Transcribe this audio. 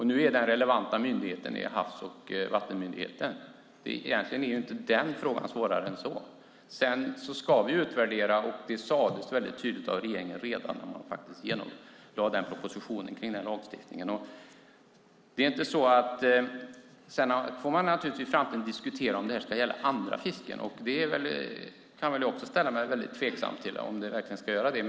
Nu är den relevanta myndigheten Havs och vattenmyndigheten. Egentligen är inte den frågan svårare än så. Sedan ska vi utvärdera systemet, och det sades väldigt tydligt av regeringen redan när man lade fram propositionen kring den här lagstiftningen. Sedan får man naturligtvis i framtiden diskutera om det här ska gälla andra fisken. Jag kan väl också ställa mig tveksam till om det verkligen ska göra det.